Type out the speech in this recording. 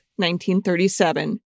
1937